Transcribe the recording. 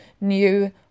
new